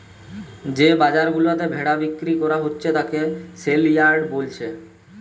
যে বাজার গুলাতে ভেড়া বিক্রি কোরা হচ্ছে তাকে সেলইয়ার্ড বোলছে